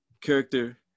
Character